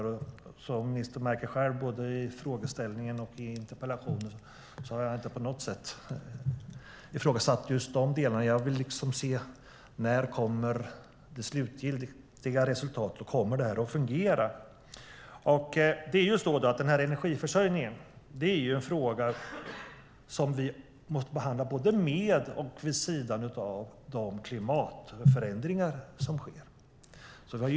Och som ministern märker av både frågeställningen och interpellationen har jag inte på något sätt ifrågasatt just de delarna. Jag vill veta när det slutgiltiga resultatet kommer och om det kommer att fungera. Energiförsörjningen är en fråga som vi måste behandla både med och vid sidan av de klimatförändringar som sker.